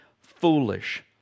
foolish